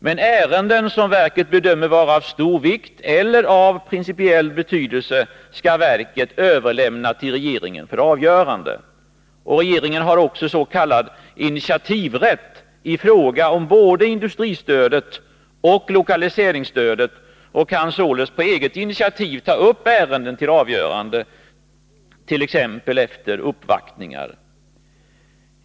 Men ärenden som verket bedömer vara av stor vikt eller av principiell betydelse skall verket överlämna till regeringen för avgörande. Regeringen har också s.k. initiativrätt i fråga om både industristödet och lokaliseringsstödet och kan således på eget initiativ ta upp ärenden till avgörande, t.ex. efter uppvaktningar.